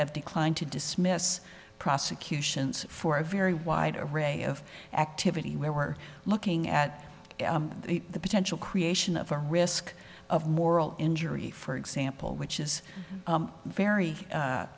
have declined to dismiss prosecutions for a very wide array of activity where we're looking at the potential creation of a risk of moral injury for example which is very